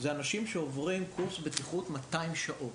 אלה אנשים שעוברים קורס בטיחות של כ-200 שעות.